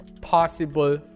possible